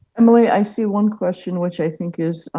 emily, i see one question, which i think is